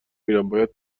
میرم، باید